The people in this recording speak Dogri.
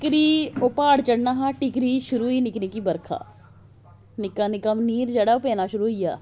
टिक्करी ओह् प्हाड़ चढ़ना हा टिक्करी शुरु होई निक्की निक्की बर्खा निक्की निक्की मींह् जेहड़ा ओह् पौना शुरु होई गेआ